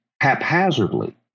haphazardly